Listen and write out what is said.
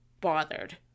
bothered